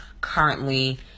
currently